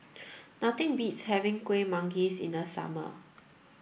nothing beats having Kueh Manggis in the summer